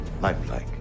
Lifelike